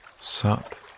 sat